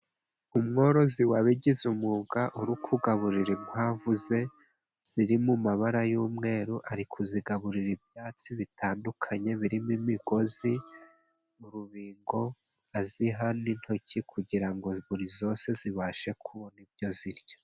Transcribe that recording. Umworozi wabigize umwuga, uri kugaburira inkwavu ze ziri mu mabara y'umweru, ari kuzigaburira ibyatsi bitandukanye birimo imigozi, urubingo aziha n'intoki, kugira ngo buri zose zibashe kubona ibyo zirya.